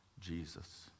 Jesus